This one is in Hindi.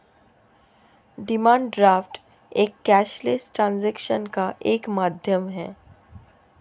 डिमांड ड्राफ्ट एक कैशलेस ट्रांजेक्शन का एक माध्यम है